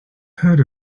heard